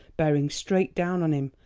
bearing straight down on him,